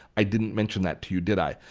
i didn't mention that to you, did i?